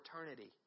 eternity